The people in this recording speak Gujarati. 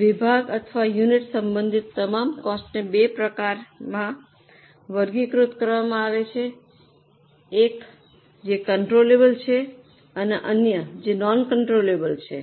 વિભાગ અથવા યુનિટ સંબંધિત તમામ કોસ્ટને બે પ્રકારમાં વર્ગીકૃત કરવામાં આવે છે એક જે કન્ટ્રોલબલ છે અન્ય જે નોન કન્ટ્રોલબલ છે